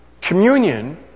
Communion